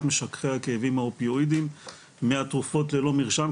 משככי הכאבים האופיואידים מהתרופות ללא מרשם,